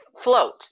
float